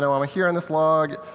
so i'm here on this log.